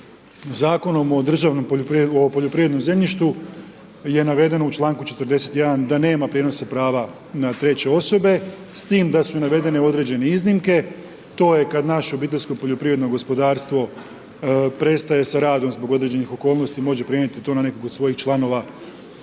o poljoprivrednom zemljištu, je navedeno u čl. 41. da nema prijenosa prava na 3 osobe, s tim da su navedene određene iznimke, to je kada naš OPG prestaje sa radom zbog određenih okolnosti, može prenijeti to nekog na svojih članova,